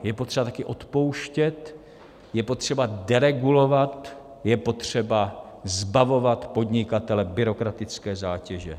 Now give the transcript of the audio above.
Je potřeba také odpouštět, je potřeba deregulovat, je potřeba zbavovat podnikatele byrokratické zátěže.